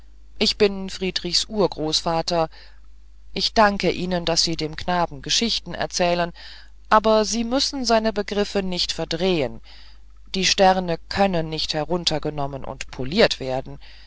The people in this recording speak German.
ich bin friedrichs urgroßvater ich danke ihnen daß sie dem knaben geschichten erzählen aber sie müssen seine begriffe nicht verdrehen die sterne können nicht heruntergenommen und poliert werden